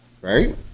right